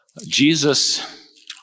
Jesus